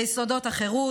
ביסודות החירות,